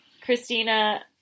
Christina